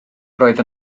roedd